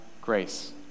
grace